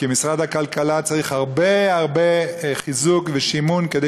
כי משרד הכלכלה צריך הרבה הרבה חיזוק ושימון כדי